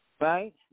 Right